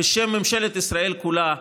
בשם ממשלת ישראל כולה,